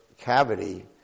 cavity